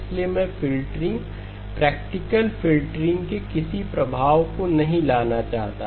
इसलिए मैं filtering practical filtering के किसी भी प्रभाव को नहीं लाना चाहता